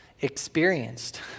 experienced